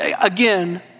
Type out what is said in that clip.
again